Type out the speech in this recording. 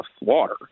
water